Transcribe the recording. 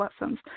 lessons